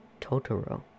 Totoro